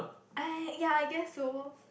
I ya I guess so